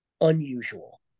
unusual